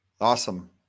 Awesome